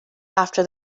after